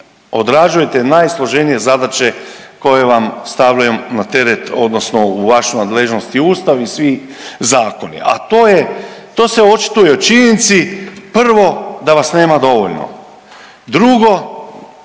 odrađujete najsloženije zadaće koje vam stavljaju na teret odnosno u vašu nadležnost i Ustav i svi zakoni, a to se očituje u činjenici prvo da vas nema dovoljno. Drugo,